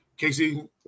Casey